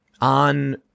on